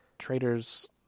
Traders